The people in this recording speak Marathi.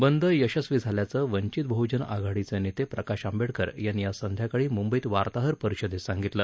बंद यशस्वी झाल्याचं वंचित बह्जन आघाडीचे नेते प्रकाश आंबेडकर यांनी आज संध्याकाळी मुंबईत वार्ताहर परिषदेत सांगितलं